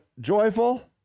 joyful